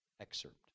excerpt